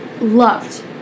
loved